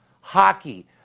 hockey